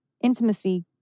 intimacy